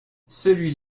celui